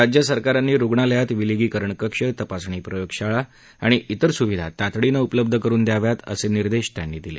राज्य सरकारांनी रुग्णालयातले विलगीकरण कक्ष तपासणी प्रयोगशाळा आणि इतर सुविधा तातडीनं उपलब्ध करुन द्याव्यात असे निर्देश त्यांनी दिले